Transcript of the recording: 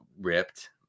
ripped